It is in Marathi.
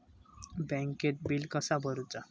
बँकेत बिल कसा भरुचा?